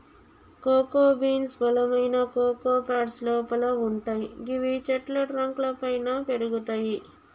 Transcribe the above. cocoa beans బలమైన cocoa pods లోపల వుంటయ్ గివి చెట్ల ట్రంక్ లపైన పెరుగుతయి